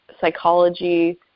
psychology